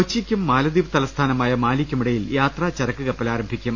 കൊച്ചിയ്ക്കും മാലദ്വീപ് തലസ്ഥാനമായ മാലിക്കുമിടയിൽ യാത്രാ ചരക്ക് കപ്പൽ ആരംഭിക്കും